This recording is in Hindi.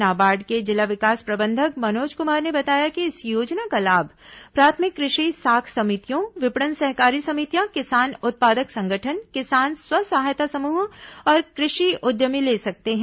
नाबार्ड के जिला विकास प्रबंधक मनोज कुमार ने बताया कि इस योजना का लाभ प्राथमिक कृषि साख समितियों विपणन सहकारी समितियां किसान उत्पादक संगठन किसान स्व सहायता समूह और कृषि उद्यमी ले सकते हैं